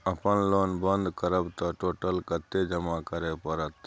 अपन लोन बंद करब त टोटल कत्ते जमा करे परत?